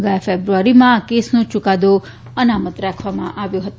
ગયા ફેબ્રુઆરીમાં આ કેસનો યુકાદો અનામત રાખવામાં આવ્યો હતો